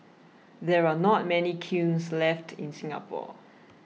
there are not many kilns left in Singapore